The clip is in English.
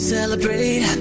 Celebrate